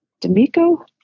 d'amico